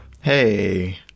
Hey